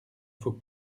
faut